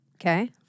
Okay